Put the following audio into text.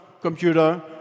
computer